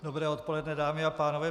Dobré odpoledne, dámy a pánové.